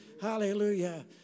Hallelujah